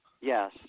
Yes